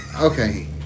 Okay